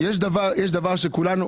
דבר שכולנו,